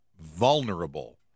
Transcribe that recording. vulnerable